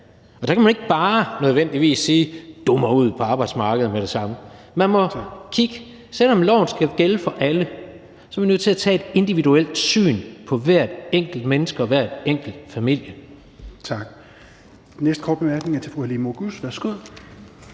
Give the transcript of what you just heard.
Og der kan man ikke nødvendigvis bare sige: Du må ud på arbejdsmarkedet med det samme. Selv om loven skal gælde for alle, er vi nødt til at tage et individuelt blik på hvert enkelt menneske og hver enkelt familie. Kl. 16:31 Fjerde næstformand (Rasmus Helveg Petersen):